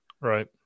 Right